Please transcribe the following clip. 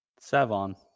Savon